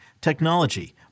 technology